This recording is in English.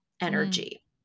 energy